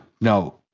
no